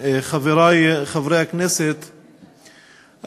חברי חברי הכנסת,